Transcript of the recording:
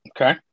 Okay